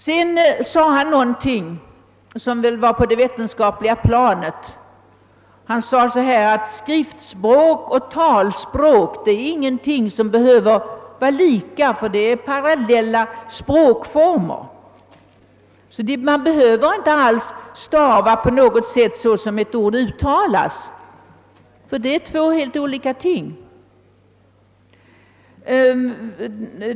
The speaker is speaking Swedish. På det mera vetenskapliga planet sade han att skriftspråk och talspråk inte behöver vara lika utan är parallella språkformer. Man behöver inte alls stava ett ord så som det uttalas, det är två helt olika ting.